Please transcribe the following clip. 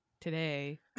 today